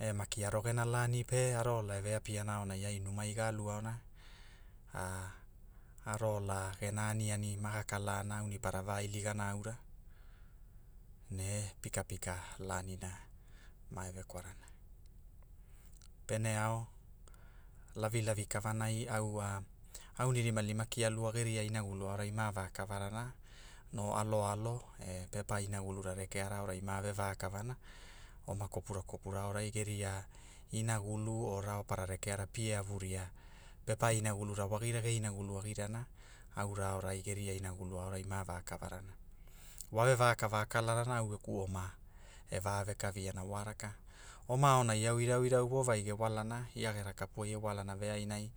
e maki aro gena lani pe, aro ola e ve apirana aonai ai numai ga aluaona, aaro ola, gena aniani maga kalana aunilimalima vailigana auna, ne pikapika lanina mo e vekwarana. Pene ao lavilavi karanai, au wa, aunilima kia lua geriai inagulu aorai ma vakavarana, no alo alo e pepa inagulura rekeara aora ma ve vakavana, oma kopura kopura aorai geriainagulu o raopara rekea ra pie avu ria, pepa inagulur wagira ge magulu agirana, aura aorai geria inagulu aurai ma vakavarana wa ve vakava a kalarana au geku oma e va vekaviana wo vagi ge walana ia gera kupu ai e walana veainai